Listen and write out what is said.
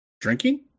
Drinking